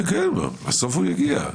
כן, בסוף הוא יגיע.